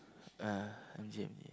ah M_G M_G